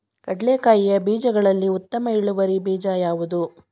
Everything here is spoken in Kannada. ಕಡ್ಲೆಕಾಯಿಯ ಬೀಜಗಳಲ್ಲಿ ಉತ್ತಮ ಇಳುವರಿ ಬೀಜ ಯಾವುದು?